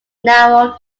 narrow